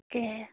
তাকেহে